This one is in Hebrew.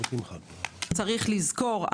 צריך לזכור,